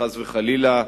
חס וחלילה,